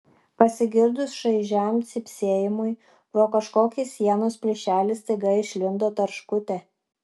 pasigirdus šaižiam cypsėjimui pro kažkokį sienos plyšelį staiga išlindo tarškutė